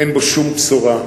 אין בו שום בשורה,